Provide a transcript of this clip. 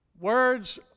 Words